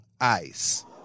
Ice